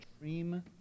dream